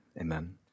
Amen